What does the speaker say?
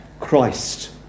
Christ